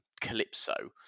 Calypso